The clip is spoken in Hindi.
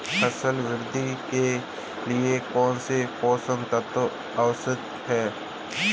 फसल वृद्धि के लिए कौनसे पोषक तत्व आवश्यक हैं?